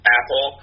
Apple